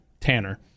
Tanner